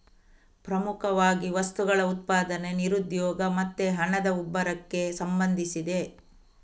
ಪ್ರಮುಖವಾಗಿ ವಸ್ತುಗಳ ಉತ್ಪಾದನೆ, ನಿರುದ್ಯೋಗ ಮತ್ತೆ ಹಣದ ಉಬ್ಬರಕ್ಕೆ ಸಂಬಂಧಿಸಿದೆ